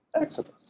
Exodus